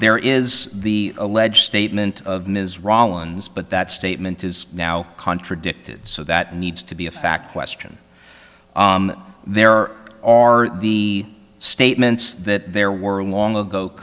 there is the alleged statement of ms rollins but that statement is now contradicted so that needs to be a fact question there are the statements that there were long ago